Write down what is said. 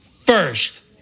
first